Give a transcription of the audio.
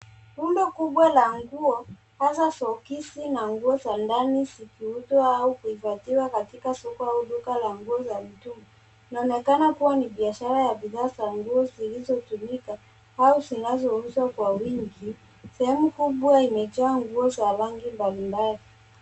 Rundo kubwa la nguo, hasa sokisi na mguo za ndani zikiuzwa au kuhifadhiwa katika soko au duka la nguo za juu. Inaonekana kuwa ni biashara ya bidhaa za nguo zilizotumika au zinazouzwa kwa wingi. Sehemu kubwa imejaa nguo za rangi mbalimbali.